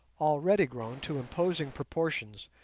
already grown to imposing proportions,